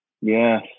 Yes